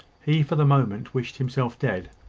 he for the moment wished himself dead.